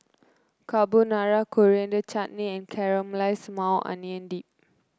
Carbonara Coriander Chutney and Caramelized Maui Onion Dip